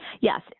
Yes